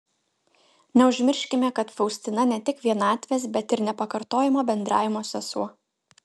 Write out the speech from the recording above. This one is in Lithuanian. neužmirškime kad faustina ne tik vienatvės bet ir nepakartojamo bendravimo sesuo